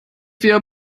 wir